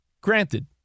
granted